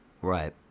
right